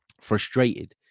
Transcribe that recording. frustrated